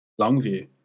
Longview